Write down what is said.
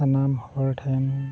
ᱥᱟᱱᱟᱢ ᱦᱚᱲ ᱴᱷᱮᱱ